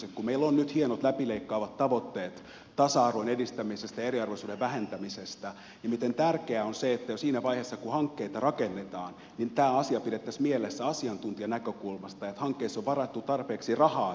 kun meillä on nyt hienot läpileikkaavat tavoitteet tasa arvon edistämisestä ja eriarvoisuuden vähentämisestä niin miten tärkeää on se että jo siinä vaiheessa kun hankkeita rakennetaan tämä asia pidettäisiin mielessä asiantuntijanäkökulmasta niin että hankkeisiin on varattu tarpeeksi rahaa sille